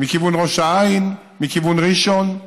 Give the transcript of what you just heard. מכיוון ראש העין, מכיוון ראשון,